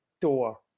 door